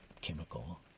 chemical